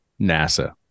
NASA